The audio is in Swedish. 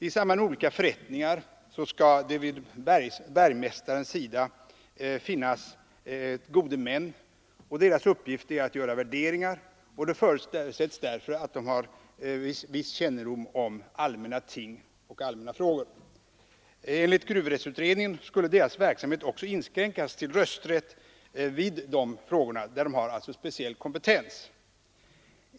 I samband med olika förrättningar skall det vid bergmästarens sida finnas gode män, vilkas uppgift är att göra värderingar. Det förutsätts därför att de har viss kännedom om allmänna ting. Enligt gruvrättsutredningen skulle deras verksamhet också inskränkas till rösträtt i de frågor där de har speciell kompetens.